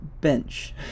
Bench